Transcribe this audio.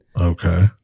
okay